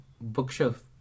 bookshelf